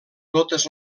totes